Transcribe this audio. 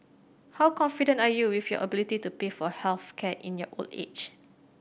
how confident are you with your ability to pay for health care in your old age